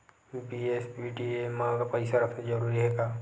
BSBDA मा पईसा रखना जरूरी हे का?